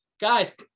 Guys